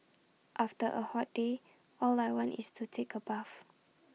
after A hot day all I want is to take A bath